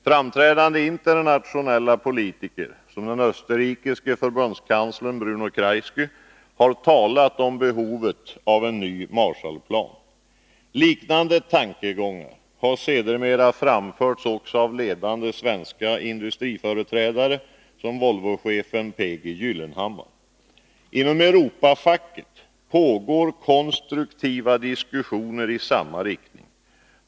Framträdande internationella politiker som den österrikiske förbundskanslern Bruno Kreisky har talat om behovet av en ny Marshallplan. Liknande tankegångar har sedermera framförts också av ledande svenska industriföreträdare som Volvochefen P. G. Gyllenhammar. Inom Europafacket pågår konstruktiva diskussioner i samma riktning.